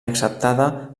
acceptada